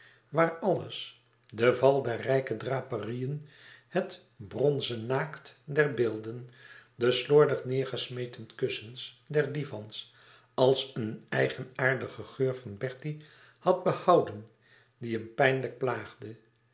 waar alles de val der rijke draperieën het bronze naakt der beelden de slordig neêrgesmeten kussens der divans als een eigenaardigen geur van bertie had behouden die hem pijnlijk plaagde